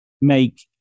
make